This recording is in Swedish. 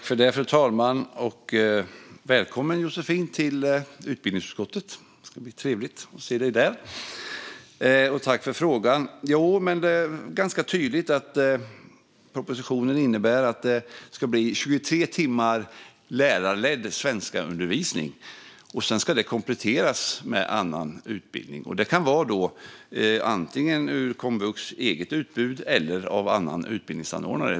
Fru talman! Välkommen, Josefin, till utbildningsutskottet! Det ska bli trevligt att se dig där. Tack för frågan! Det är ganska tydligt att propositionen innebär att det ska bli 23 timmar lärarledd svenskundervisning. Sedan ska det kompletteras med annan utbildning. Det kan vara antingen ur komvux eget utbud eller av annan utbildningsanordnare.